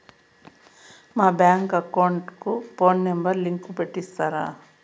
మా bank account కు phone number link పెట్టి ఇస్తారా?